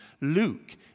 Luke